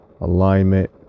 alignment